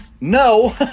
no